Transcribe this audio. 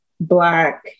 black